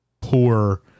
poor